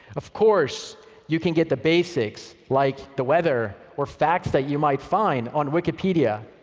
of course you can get the basics like the weather or facts that you might find on wikipedia.